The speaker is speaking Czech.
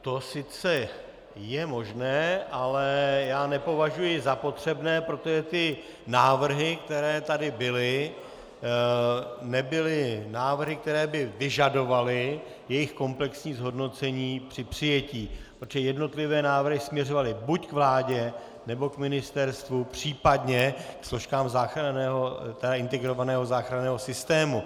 To sice je možné, ale nepovažuji to za potřebné, protože tyto návrhy, které tady byly, nebyly návrhy, které by vyžadovaly jejich komplexní zhodnocení při přijetí, protože jednotlivé návrhy směřovaly buď k vládě, nebo k ministerstvu, případně složkám integrovaného záchranného systému.